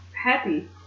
happy